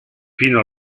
fino